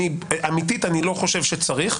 אמיתית אני לא חושב שצריך,